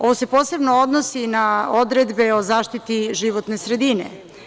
Ovo se posebno odnosi na odredbe o zaštiti životne sredine.